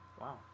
wow